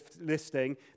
listing